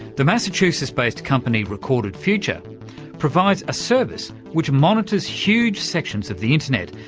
the massachusetts-based company recorded future provides a service which monitors huge sections of the internet,